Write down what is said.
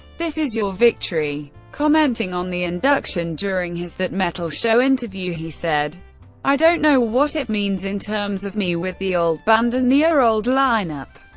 this is your victory. commenting on the induction during his that metal show interview he said i don't know what it means in terms of me with the old band and the old lineup.